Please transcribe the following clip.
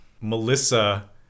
Melissa